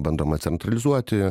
bandoma centralizuoti